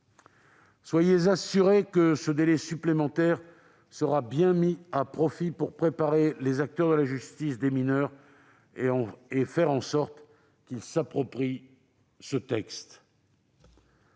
Soyez assurés que ce délai supplémentaire sera bien mis à profit pour préparer les acteurs de la justice des mineurs et faire en sorte qu'ils s'approprient ce texte,